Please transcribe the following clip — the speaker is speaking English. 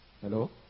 Hello